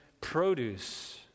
produce